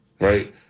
right